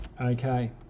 Okay